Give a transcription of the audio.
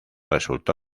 resultó